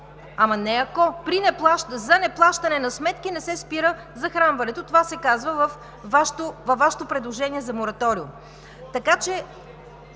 Ама не „ако“. За неплащане на сметки не се спира захранването. Това се казва във Вашето предложение за мораториум.